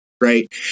right